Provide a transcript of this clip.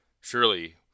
Surely